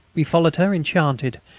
we followed her, enchanted,